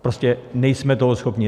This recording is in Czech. Prostě nejsme toho schopni.